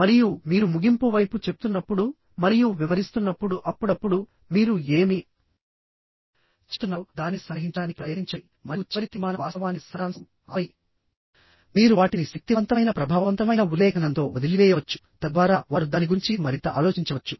మరియు మీరు ముగింపు వైపు చెప్తున్నప్పుడు మరియు వివరిస్తున్నప్పుడు అప్పుడప్పుడు మీరు ఏమి చెప్తున్నారో దానిని సంగ్రహించడానికి ప్రయత్నించండి మరియు చివరి తీర్మానం వాస్తవానికి సారాంశం ఆపై మీరు వాటిని శక్తివంతమైన ప్రభావవంతమైన ఉల్లేఖనంతో వదిలివేయవచ్చు తద్వారా వారు దాని గురించి మరింత ఆలోచించవచ్చు